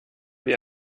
wie